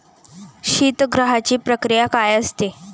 शीतगृहाची प्रक्रिया काय असते?